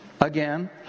again